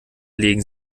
legen